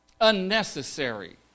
unnecessary